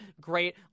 great